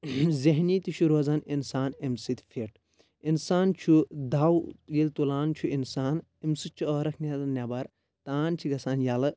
ذہٮ۪نی تہِ چھُ روزان اِنسان امہِ سۭتۍ فِٹ انسان چھُ دٕوو ییٚلہِ تُلان چھُ انسان امہِ سۭتۍ چھُ عٲرکھ نیران نؠبر تان چھِ گژھان یَلہٕ